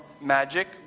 magic